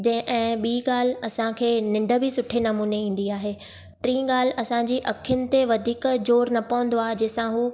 जे ऐं ॿी ॻाल्हि असांखे निंड बि सुठे नमूने ईंदी आहे टीं ॻाल्हि असांजी अखियुनि ते वधीक ज़ोरु न पवंदो आहे जंहिं सां हू